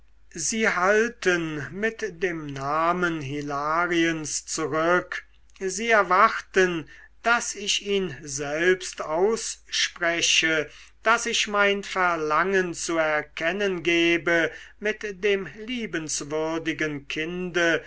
sie halten mit dem namen hilariens zurück sie erwarten daß ich ihn selbst ausspreche daß ich mein verlangen zu erkennen gebe mit dem liebenswürdigen kinde